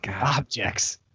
Objects